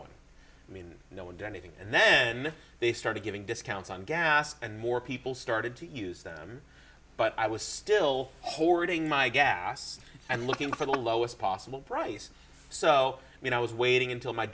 one i mean no one did anything and then they started giving discounts on gas and more people started to use them but i was still hoarding my gas and looking for the lowest possible price so you know i was waiting until my